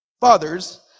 fathers